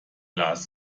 las